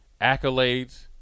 accolades